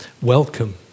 welcome